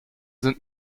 sind